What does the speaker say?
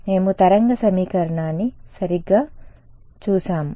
మేము తరంగ సమీకరణాన్ని సరిగ్గా చూశాము